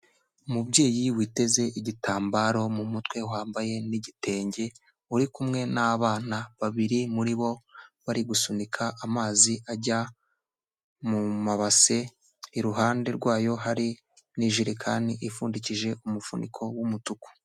Umubyeyi witeze igitambaro mu mutwe wambaye n'igitenge uri kumwe n'abana babiri muri bo bari gusunika amazi ajya mu mabase, iruhande rwayo hari n'ijerekani ipfundikije umufuniko w'umutuku.